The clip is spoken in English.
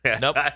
Nope